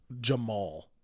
Jamal